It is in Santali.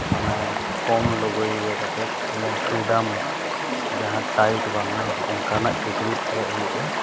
ᱢᱟᱱᱮ ᱠᱚᱢ ᱞᱩᱜᱽᱲᱤ ᱤᱭᱟᱹ ᱠᱟᱛᱮ ᱮᱠᱫᱚᱢ ᱯᱷᱨᱤᱰᱚᱢ ᱡᱟᱦᱟᱸ ᱴᱟᱭᱤᱴ ᱵᱟᱝᱟ ᱚᱱᱠᱟᱱᱟᱜ ᱠᱤᱪᱨᱤᱡ ᱦᱚᱨᱚᱜ ᱦᱩᱭᱩᱜᱼᱟ